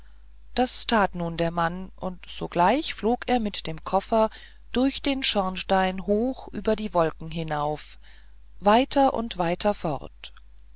das that nun der mann und sogleich flog er mit dem koffer durch den schornstein hoch über die wolken hin auf weiter und weiter fort